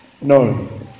No